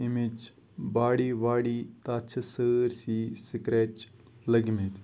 ییٚمِچ باڈی واڈی تَتھ چھِ سٲرسٕے سٕکرٛیچ لٔگۍ مٕتۍ